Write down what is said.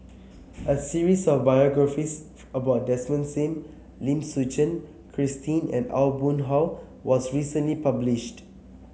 a series of biographies about Desmond Sim Lim Suchen Christine and Aw Boon Haw was recently published